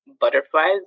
butterflies